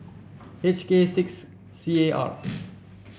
H K six C A R